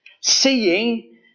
Seeing